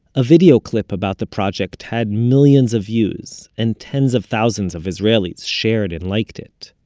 a video clip about the project had millions of views, and tens of thousands of israelis shared and liked it.